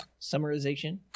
Summarization